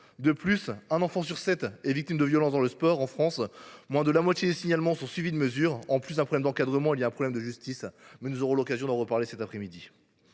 De plus, un enfant sur sept est victime de violences dans le sport en France, moins de la moitié des signalements étant suivis de mesures. En plus d’un problème d’encadrement, il y a donc un problème de justice, mais nous aurons l’occasion d’en reparler cet après midi.